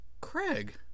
Craig